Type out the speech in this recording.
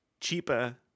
cheaper